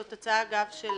זאת הצעה, אגב, של